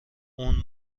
اون